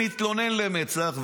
מתלונן למצ"ח,